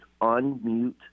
Unmute